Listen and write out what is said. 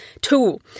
tool